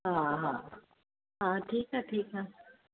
हा हा हा ठीकु आहे ठीकु आहे